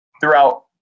throughout